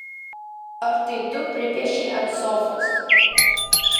ar tai tu pripiešei ant sofos